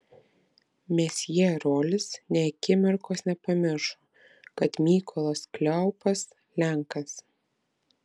mesjė rolis nė akimirkos nepamiršo kad mykolas kleopas lenkas